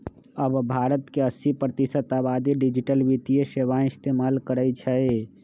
अब भारत के अस्सी प्रतिशत आबादी डिजिटल वित्तीय सेवाएं इस्तेमाल करई छई